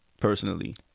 personally